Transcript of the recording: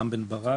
רם בן ברק,